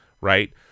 Right